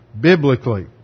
biblically